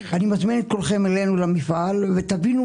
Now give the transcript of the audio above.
מזעזעת אותי המחשבה שכולכם דיברתם על הסולר.